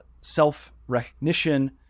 self-recognition